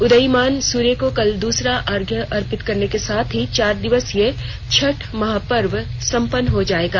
उदीयमान सूर्य को कल दूसरा अर्घ्य अर्पित करने के साथ ही चार दिवसीय छठ महापर्व संपन्न हो जाएगा